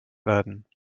werden